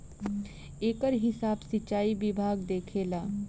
एकर हिसाब सिचाई विभाग देखेला